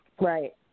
Right